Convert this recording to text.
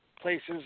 places